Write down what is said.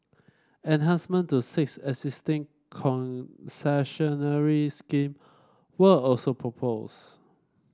enhancement to six existing concessionary scheme were also proposed